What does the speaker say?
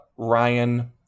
Ryan